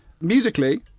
Musically